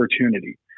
opportunity